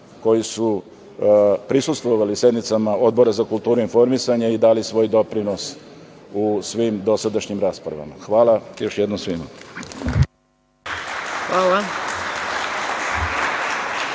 koji su prisustvovali sednicama Odbora za kulturu i informisanje i dali svoj doprinos u svim dosadašnjim raspravama. Hvala još jednom svima.